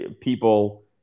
people